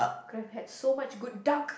could have had so much good duck